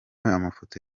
amafoto